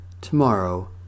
tomorrow